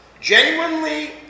genuinely